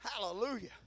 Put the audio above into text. Hallelujah